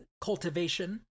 Cultivation